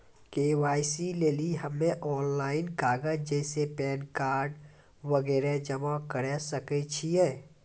KYC लेली हम्मय online कागज जैसे पैन कार्ड वगैरह जमा करें सके छियै?